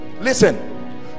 listen